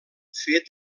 fet